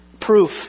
proof